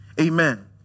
amen